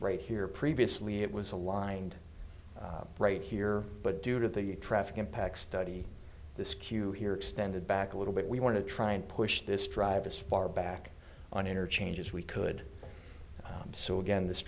right here previously it was aligned right here but due to the traffic impact study this q here extended back a little bit we want to try and push this drive as far back on interchanges we could so again this